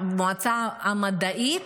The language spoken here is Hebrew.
המועצה המדעית,